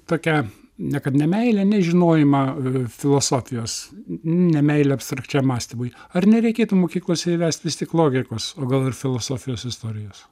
tokią ne kad nemeilę nežinojimą filosofijos nemeilę abstrakčiam mąstymui ar nereikėtų mokyklose įvest vis tik logikos o gal ir filosofijos istorijos